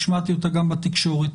השמעתי אותה גם בתקשורת,